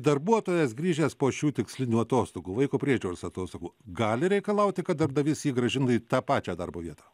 darbuotojas grįžęs po šių tikslinių atostogų vaiko priežiūros atostogų gali reikalauti kad darbdavys jį grąžintų į tą pačią darbo vietą